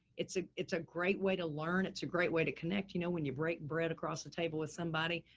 it's a, it's a great way to learn. it's a great way to connect. you know, when you break bread across the table with somebody,